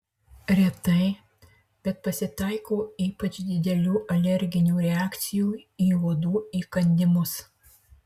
retai bet pasitaiko ypač didelių alerginių reakcijų į uodų įkandimus